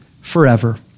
forever